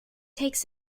takes